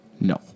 No